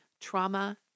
trauma